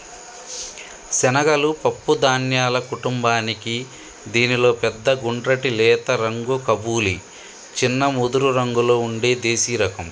శనగలు పప్పు ధాన్యాల కుటుంబానికీ దీనిలో పెద్ద గుండ్రటి లేత రంగు కబూలి, చిన్న ముదురురంగులో ఉండే దేశిరకం